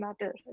matter